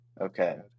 Okay